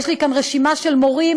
יש לי כאן רשימה של מורים,